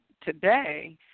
today